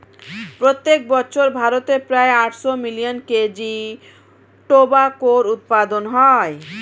প্রত্যেক বছর ভারতে প্রায় আটশো মিলিয়ন কেজি টোবাকোর উৎপাদন হয়